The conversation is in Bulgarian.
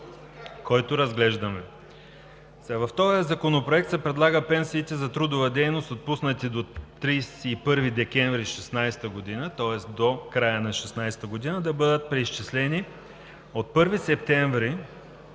който разглеждаме? В този законопроект се предлага пенсиите за трудова дейност, отпуснати до 31 декември 2016 г., тоест до края на 2016 г., да бъдат преизчислени от 1 септември